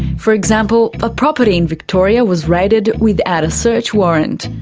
for example, a property in victoria was raided without a search warrant,